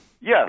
Yes